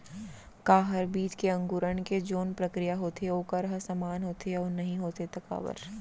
का हर बीज के अंकुरण के जोन प्रक्रिया होथे वोकर ह समान होथे, अऊ नहीं होथे ता काबर?